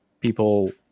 people